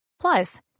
Plus